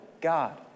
God